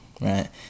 right